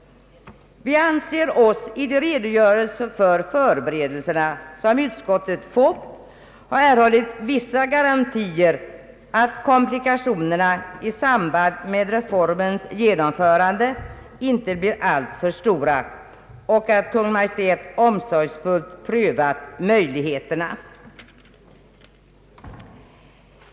Vi anser oss i de redogörelser om förberedelserna, som utskottet fätt, ha erhållit vissa garantier för att komplikationerna i samband med reformens genomförande inte blir alltför stora och att Kungl. Maj:t omsorgsfullt prövat möjligheterna.